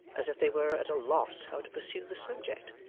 as if they were at a loss how to pursue the subject.